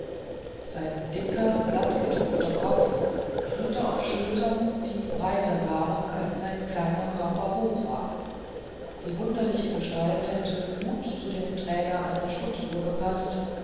sein dicker plattgedrückter kopf ruhte auf schultern die breiter waren als sein kleiner körper hoch war die wunderliche gestalt hätte gut zu dem träger einer stutzuhr gepaßt